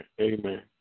Amen